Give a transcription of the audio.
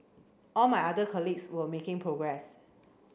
all my other colleagues were making progress